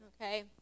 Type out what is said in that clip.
Okay